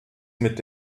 mit